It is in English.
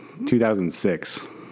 2006